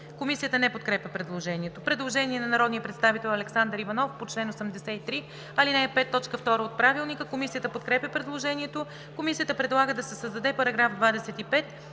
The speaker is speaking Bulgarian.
Комисията не подкрепя предложението. Предложение от народния представител Александър Иванов по чл. 83, ал. 5, т. 2 от Правилника. Комисията подкрепя предложението. Комисията предлага да се създаде § 25: „§ 25.